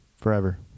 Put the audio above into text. forever